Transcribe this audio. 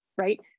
right